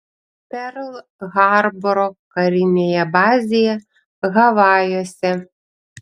perl harboro karinėje bazėje havajuose